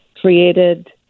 created